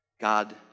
God